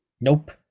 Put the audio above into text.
Nope